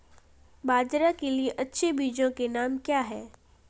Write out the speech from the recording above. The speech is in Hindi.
बाजरा के लिए अच्छे बीजों के नाम क्या हैं?